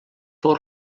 fou